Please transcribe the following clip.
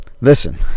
listen